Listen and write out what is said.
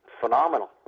phenomenal